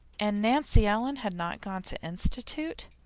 and nancy ellen had not gone to institute.